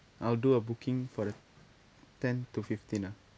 I'll do a booking for the tenth to fifteenth ah